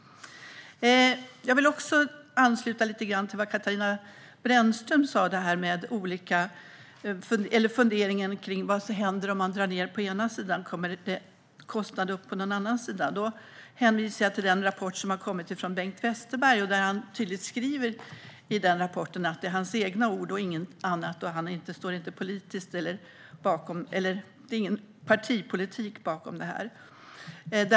Jag vill ansluta lite grann till det Katarina Brännström sa och funderingen om vad som händer om man drar ned på ena sidan. Kommer kostnaden upp på någon annan sida? Jag hänvisar till den rapport som har kommit från Bengt Westerberg. Han skriver tydligt i rapporten att det är hans egna ord och inget annat och att det inte är någon partipolitik bakom det.